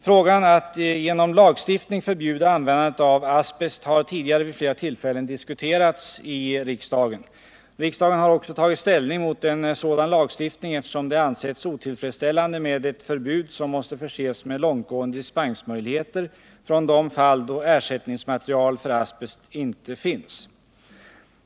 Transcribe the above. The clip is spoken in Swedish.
Frågan att genom lagstiftning förbjuda användandet av asbest har tidigare vid flera tillfällen diskuterats i riksdagen. Riksdagen har också tagit ställning mot en sådan lagstiftning eftersom det ansetts otillfredsställande med ett förbud som måste förses med långtgående dispensmöjligheter för de fall då ersättningsmaterial för asbest inte finns.